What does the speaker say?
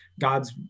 God's